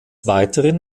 weiteren